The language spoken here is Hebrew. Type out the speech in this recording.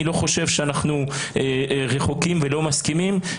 אני לא חושב שאנחנו רחוקים ולא מסכימים,